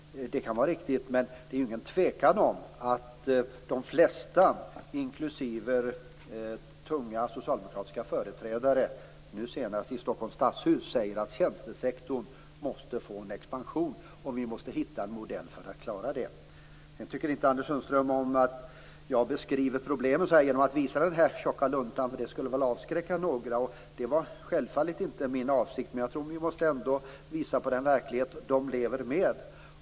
Det kan vara riktigt. Men det är ingen tvekan om att de flesta, inklusive tunga socialdemokratiska företrädare nu senast i Stockholm stadshus, säger att tjänstesektorn måste få en expansion och att vi måste hitta en modell för att klara detta. Sedan tycker inte Anders Sundström om att jag beskriver problemen genom att visa den här tjocka luntan, för det skulle avskräcka några. Det var självfallet inte men avsikt. Men jag tror ändå att vi måste visa på den verklighet företagarna lever med.